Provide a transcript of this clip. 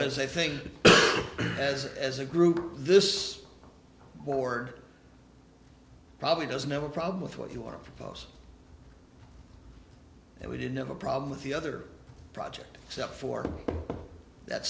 because i think as as a group this board probably doesn't have a problem with what you are proposing that we didn't have a problem with the other project except for that